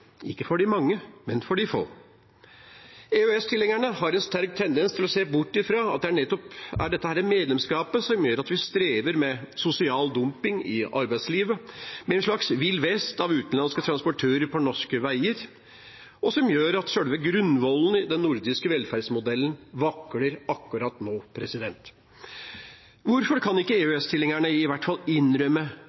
ikke for de mange, men for de få. EØS-tilhengerne har en sterk tendens til å se bort fra at det er nettopp dette medlemskapet som gjør at vi strever med sosial dumping i arbeidslivet, med en slags villvest av utenlandske transportører på norske veier, og som gjør at selve grunnvollen i den nordiske velferdsmodellen vakler akkurat nå. Hvorfor kan ikke EØS-tilhengerne i hvert fall innrømme